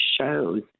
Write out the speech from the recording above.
shows